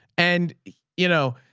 and you know,